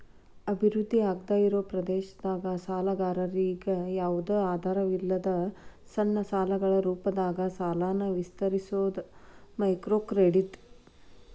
ಅಭಿವೃದ್ಧಿ ಆಗ್ದಾಇರೋ ಪ್ರದೇಶದಾಗ ಸಾಲಗಾರರಿಗಿ ಯಾವ್ದು ಆಧಾರಿಲ್ಲದ ಸಣ್ಣ ಸಾಲಗಳ ರೂಪದಾಗ ಸಾಲನ ವಿಸ್ತರಿಸೋದ ಮೈಕ್ರೋಕ್ರೆಡಿಟ್